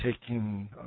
taking